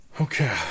Okay